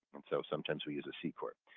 and so sometimes we use a c-corp.